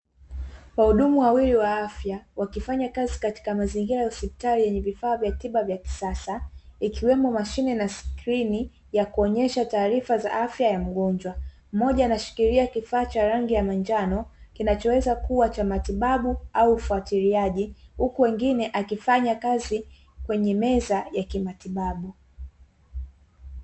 Wahudumu wawili wa afya wakifanya kazi katika mazingira ya hospitali yenye vifaa vya tiba vya kisasa, ikiweko mashine na sikrini ya kuonyesha taarifa ya afya ya mgojwa. Mmoja anashikilia kifaa cha rangi ya manjano, kinachoweza kuwa cha matibabu au ufuatiliaji, huku wengine akifanya kazi kwenye meza ya kimatibabu.